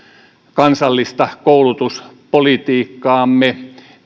kansallista koulutuspolitiikkaamme